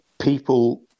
people